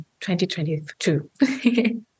2022